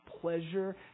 pleasure